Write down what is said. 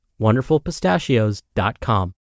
WonderfulPistachios.com